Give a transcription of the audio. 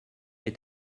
est